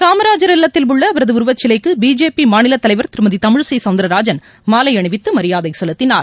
காமராஜர் இல்லத்தில் உள்ள அவரது உருவச்சிலைக்கு பிஜேபி மாநிலத் தலைவர் திருமதி தமிழிசை சௌந்தரராஜன் மாலை அணிவித்து மரியாதை செலுத்தினார்